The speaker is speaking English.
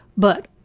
but